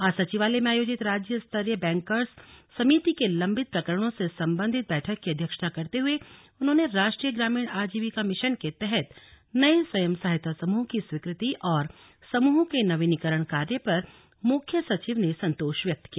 आज सचिवालय में आयोजित राज्य स्तरीय बैंकर्स समिति के लम्बित प्रकरणों से सम्बन्धित बैठक की अध्यक्षता करते हुए उन्होंने राष्ट्रीय ग्रामीण आजीविका मिशन के तहत नये स्वयं सहायता समूह की स्वीकृति और समूहों के नवीनीकरण कार्य पर मुख्य सचिव ने संतोष व्यक्त किया